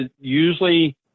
usually